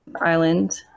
island